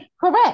Correct